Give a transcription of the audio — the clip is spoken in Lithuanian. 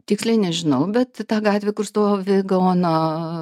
tiksliai nežinau bet ta gatvė kur stovi gaono